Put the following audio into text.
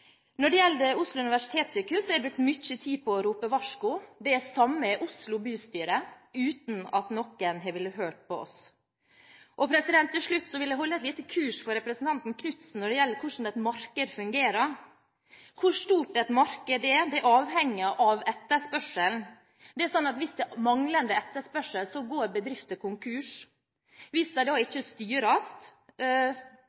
Når det gjelder Oslo universitetssykehus, har jeg brukt mye tid på å rope varsko. Det samme har Oslo bystyre, uten at noen har villet høre på oss. Til slutt vil jeg holde et lite kurs for representanten Tove Karoline Knutsen om hvordan et marked fungerer: Hvor stort et marked er, avhenger av etterspørselen. Det er sånn at hvis det er manglende etterspørsel, går bedrifter konkurs. Hvis